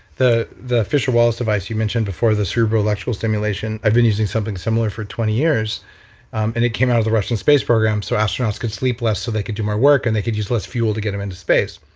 the the fisher wallace device you mentioned before the cerebral electrical stimulation, i've been using something similar for twenty years and it came out of the russian space program so astronauts could sleep less so they could do more work, and they could use less fuel to get them into space.